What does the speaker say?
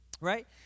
right